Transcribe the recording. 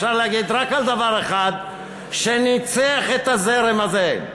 אפשר להגיד שרק דבר אחד ניצח את הזרם הזה.